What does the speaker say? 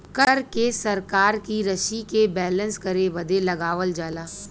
कर के सरकार की रशी के बैलेन्स करे बदे लगावल जाला